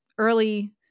early